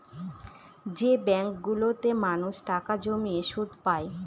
যে ব্যাঙ্কগুলোতে মানুষ টাকা জমিয়ে সুদ পায়